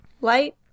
light